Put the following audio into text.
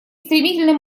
стремительным